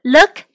Look